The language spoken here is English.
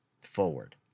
forward